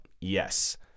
yes